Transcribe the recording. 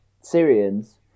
Syrians